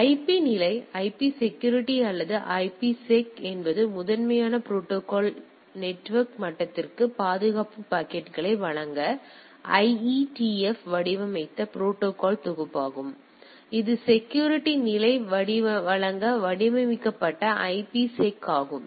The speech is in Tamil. எனவே ஐபி நிலை ஐபி செக்யூரிட்டி அல்லது ஐபிசெக் என்பது முதன்மையான ப்ரோடோகால் என்பது நெட்வொர்க் மட்டத்திற்கு பாதுகாப்பு பாக்கெட்டுகளை வழங்க ஐஇடிஎஃப் வடிவமைத்த ப்ரோடோகால் தொகுப்பாகும் எனவே இது செக்யூரிட்டி நிலை வழங்க வடிவமைக்கப்பட்ட ஐபிசெக் ஆகும்